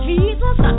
Jesus